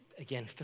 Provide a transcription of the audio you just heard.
again